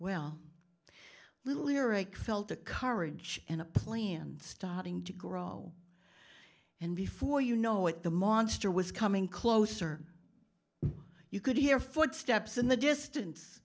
the courage and a plan starting to grow and before you know it the monster was coming closer you could hear footsteps in the distance